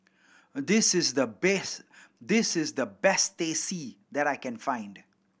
this is the best this is the best Teh C that I can find